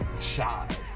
shy